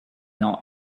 not